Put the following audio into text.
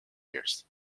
years